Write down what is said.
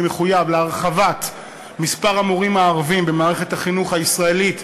אני מחויב להרחבת מספר המורים הערבים במערכת החינוך הישראלית,